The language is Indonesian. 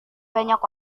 banyak